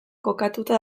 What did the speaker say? kokatuta